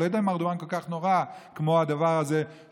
אני לא יודע אם ארדואן כל כך נורא כמו הדבר הזה שאנשי